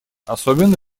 особенно